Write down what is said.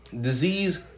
disease